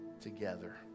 together